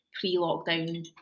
pre-lockdown